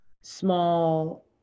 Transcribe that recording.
small